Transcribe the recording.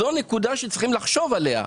זאת נקודה שצריך לחשוב עליה,